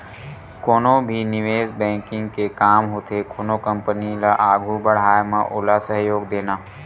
कोनो भी निवेस बेंकिग के काम होथे कोनो कंपनी ल आघू बड़हाय म ओला सहयोग देना